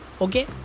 Okay